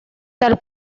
tal